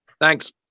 Thanks